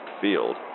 field